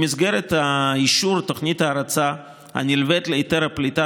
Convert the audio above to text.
במסגרת אישור תוכנית ההרצה הנלווית להיתר הפליטה